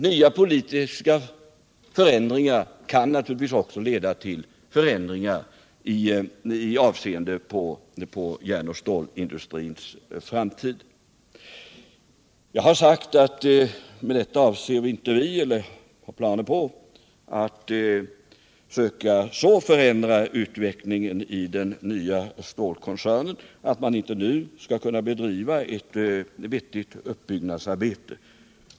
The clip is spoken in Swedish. Nya politiska förändringar kan naturligtvis också leda till förändringar i avseende på järnoch stålindustrins framtid. Jag har tidigare sagt att vi inte avser att försöka så förändra utvecklingen inom den nya stålkoncernen att man inte nu skulle kunna bedriva ett vettigt uppbyggnadsarbete.